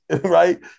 right